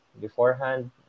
beforehand